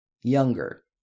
Younger